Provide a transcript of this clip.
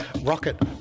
rocket